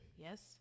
yes